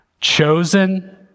chosen